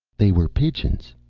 they were pigeons,